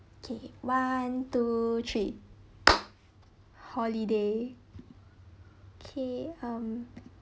okay one two three holiday okay mm